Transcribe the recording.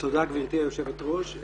גברתי היושבת ראש.